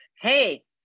hey